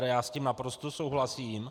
Já s tím naprosto souhlasím.